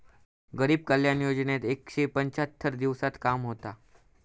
गरीब कल्याण योजनेत एकशे पंच्याहत्तर दिवसांत काम होता